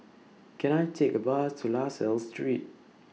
Can I Take A Bus to La Salle Street